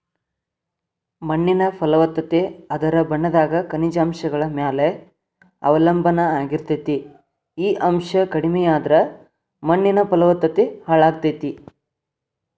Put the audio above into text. ಮಣ್ಣಿನ ಫಲವತ್ತತೆ ಅದರ ಬಣ್ಣದಾಗ ಖನಿಜಾಂಶಗಳ ಮ್ಯಾಲೆ ಅವಲಂಬನಾ ಆಗಿರ್ತೇತಿ, ಈ ಅಂಶ ಕಡಿಮಿಯಾದ್ರ ಮಣ್ಣಿನ ಫಲವತ್ತತೆ ಹಾಳಾಗ್ತೇತಿ